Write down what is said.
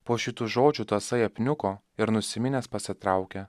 po šitų žodžių tasai apniuko ir nusiminęs pasitraukė